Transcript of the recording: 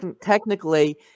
technically